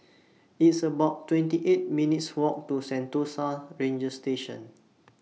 It's about twenty eight minutes' Walk to Sentosa Ranger Station